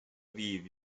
aviv